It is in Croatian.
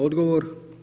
Odgovor?